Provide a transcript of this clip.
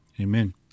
Amen